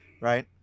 right